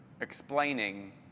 explaining